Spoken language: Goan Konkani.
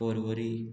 परवरी